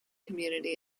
community